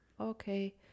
okay